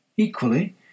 Equally